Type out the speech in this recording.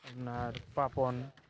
আপোনাৰ পাপন